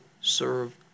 serve